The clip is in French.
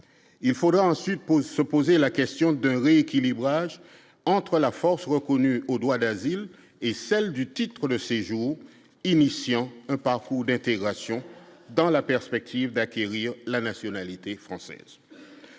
il faudra ensuite poser se poser la question d'un rééquilibrage entre la force reconnue au droit d'asile et celle du titre de séjour un parcours d'intégration dans la perspective d'acquérir la nationalité française